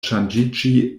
ŝanĝiĝi